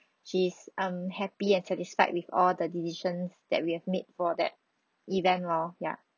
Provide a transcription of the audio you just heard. she's um happy and satisfied with all the decisions that we have made for that event lor ya